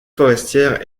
forestière